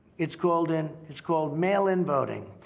it's called and it's called mail-in voting,